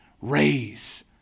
raise